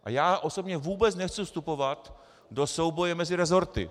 A já osobně vůbec nechci vstupovat do souboje mezi resorty.